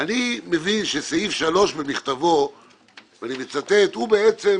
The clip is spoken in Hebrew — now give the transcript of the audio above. אני מבין שסעיף 3 במכתבו הוא בעצם